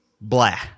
blah